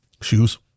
Shoes